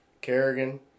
Kerrigan